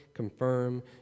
Confirm